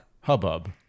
hubbub